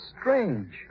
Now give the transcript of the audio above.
strange